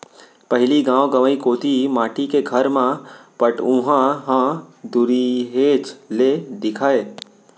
पहिली गॉव गँवई कोती माटी के घर म पटउहॉं ह दुरिहेच ले दिखय